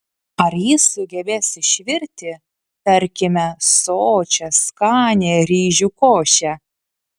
ar jis sugebės išvirti tarkime sočią skanią ryžių košę